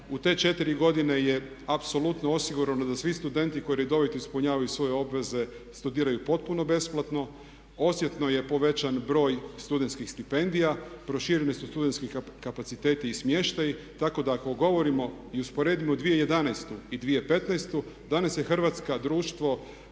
U te četiri godine je apsolutno osigurano da svi studenti koji redovito ispunjavaju svoje obaveze studiraju potpuno besplatno. Osjetno je povećan broj studentskih stipendija. Prošireni su studentski kapaciteti i smještaji tako da ako govorimo i usporedimo 2011. i 2015. danas je Hrvatska društvo